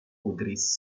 kudris